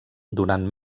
durant